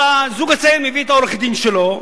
הזוג הצעיר מביא את עורך-הדין שלו,